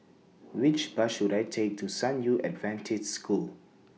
Which Bus should I Take to San Yu Adventist School